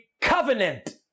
covenant